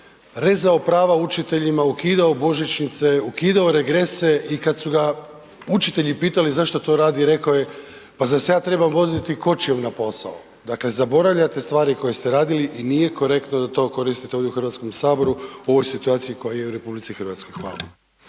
rezao pravo učiteljima, ukidao božičnice, ukidao regrese i kad su ga učitelji pitali zašto to radi, rekao je pa zar se ja trebam voziti kočijom na posao. Dakle, zaboravljate stvari koje ste radili i nije korektno da to koristite ovdje u Hrvatskom saboru u ovoj situaciji koja je u RH. Hvala.